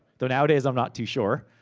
though nowadays, i'm not too sure.